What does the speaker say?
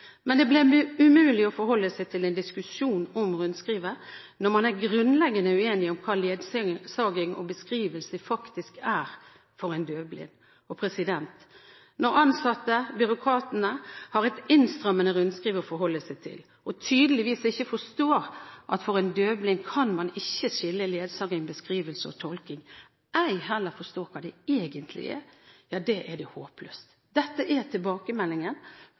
Men det blir umulig å forholde seg til en diskusjon om rundskrivet når man er grunnleggende uenig om hva ledsaging og beskrivelse faktisk er for en døvblind. Når ansatte – byråkratene – har et innstrammende rundskriv å forholde seg til og tydeligvis ikke forstår at man for en døvblind ikke kan skille ledsaging, beskrivelse og tolking, ei heller forstå hva det egentlig er, ja, da er det håpløst. Dette er